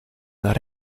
that